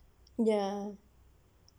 ya